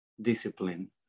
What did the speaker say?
discipline